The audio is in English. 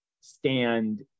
stand